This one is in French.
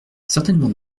certainement